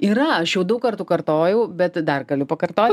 yra aš jau daug kartų kartojau bet dar galiu pakartot